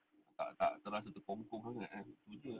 ah tak tak tak terasa terkongkong tu jer